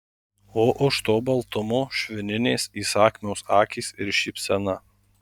o už to baltumo švininės įsakmios akys ir šypsena